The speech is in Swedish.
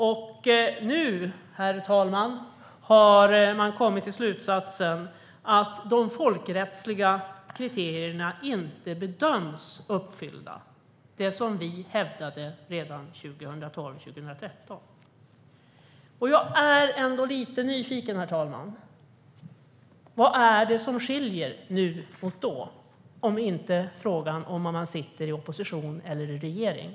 Och nu, herr talman, har de kommit till slutsatsen att de folkrättsliga kriterierna inte bedöms vara uppfyllda - det som vi hävdade redan 2012 och 2013. Herr talman! Jag är lite nyfiken på vad det är som skiljer nu mot då, om inte huruvida man sitter i opposition eller regering.